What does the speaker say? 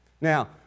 Now